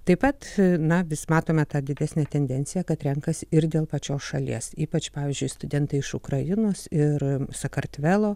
taip pat na vis matome tą didesnę tendenciją kad renkasi ir dėl pačios šalies ypač pavyzdžiui studentai iš ukrainos ir sakartvelo